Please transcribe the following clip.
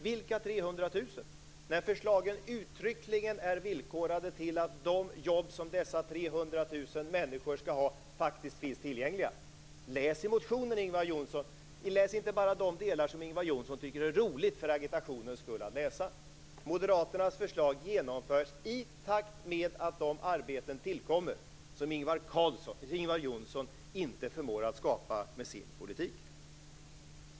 Förslagen är ju uttryckligen villkorade till att de jobb som dessa 300 000 människor skall ha faktiskt finns tillgängliga. Läs motionen, Ingvar Johnsson! Men läs inte bara de delar som är roliga att läsa för agitationens skull. Moderaternas förslag genomförs i takt med att de arbeten tillkommer som Ingvar Johnsson inte förmår skapa med sin politik.